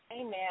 Amen